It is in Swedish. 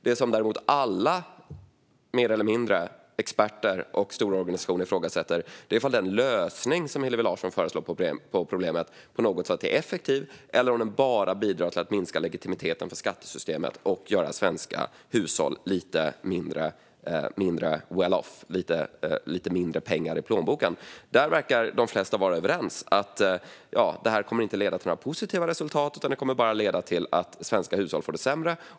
Det som däremot mer eller mindre alla experter och stora organisationer ifrågasätter är ifall den lösning som Hillevi Larsson föreslår på problemet på något sätt är effektiv eller om den bara bidrar till att minska legitimiteten för skattesystemet och att göra svenska hushåll lite mindre well-off så att de har lite mindre pengar i plånboken. Där verkar de flesta vara överens om att det inte kommer att leda till några positiva resultat. Det kommer bara att leda till att svenska hushåll får det sämre.